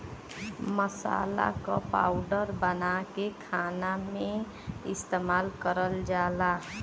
मसाला क पाउडर बनाके खाना में इस्तेमाल करल जाला